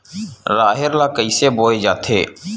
राहेर ल कइसे बोय जाथे?